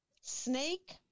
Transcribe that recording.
Snake